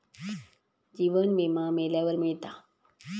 जीवन विमा मेल्यावर मिळता